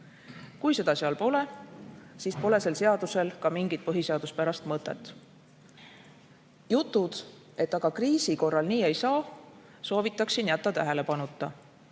Kui seda seal pole, siis pole sellel seadusel ka mingit põhiseaduspärast mõtet. Jutud sellest, et kriisi korral nii ei saa, soovitaksin jätta tähelepanuta.